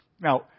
Now